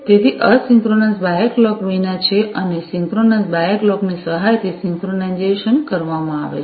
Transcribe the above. તેથી અસિંક્રનસ બાહ્ય ક્લોક વિના છે અને સિંક્રનસ બાહ્ય ક્લોક ની સહાયથી સિંક્રનાઇઝેશન કરવામાં આવે છે